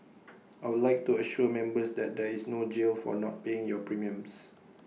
I would like to assure members that there is no jail for not paying your premiums